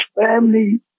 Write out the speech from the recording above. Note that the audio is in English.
family